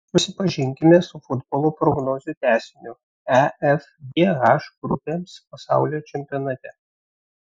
susipažinkime su futbolo prognozių tęsiniu e f g h grupėms pasaulio čempionate